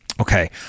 Okay